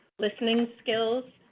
listening skills,